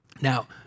Now